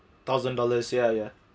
thousand dollars ya ya